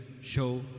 show